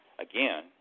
again